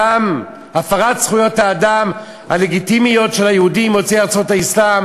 הפרת זכויות האדם הלגיטימיות של היהודים יוצאי ארצות האסלאם